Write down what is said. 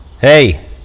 Hey